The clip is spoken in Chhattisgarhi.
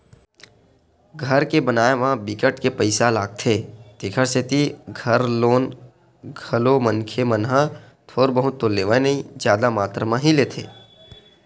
घर के बनाए म बिकट के पइसा लागथे तेखर सेती घर लोन घलो मनखे मन ह थोर बहुत तो लेवय नइ जादा मातरा म ही लेथे